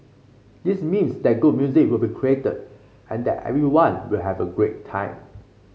this means that good music will be created and that everyone will have a great time